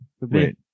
Wait